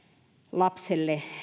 lapselle